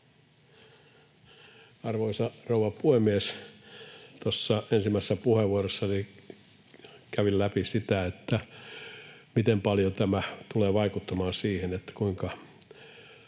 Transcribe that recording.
Arvoisa rouva puhemies! Tuossa ensimmäisessä puheenvuorossani kävin läpi sitä, miten paljon tämä tulee vaikuttamaan siihen, kuinka